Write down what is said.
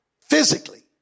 Physically